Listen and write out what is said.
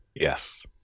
Yes